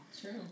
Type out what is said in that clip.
True